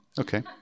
okay